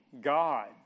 God